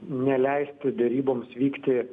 neleisti deryboms vykti